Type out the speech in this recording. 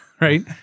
right